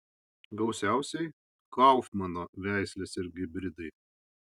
gausiausiai kaufmano veislės ir hibridai